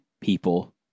people